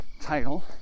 title